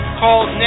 called